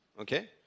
Okay